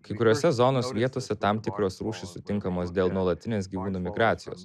kai kuriose zonos vietose tam tikros rūšys sutinkamos dėl nuolatinės gyvūnų migracijos